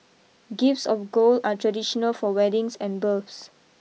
gifts of gold are traditional for weddings and births